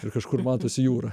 ir kažkur matosi jūra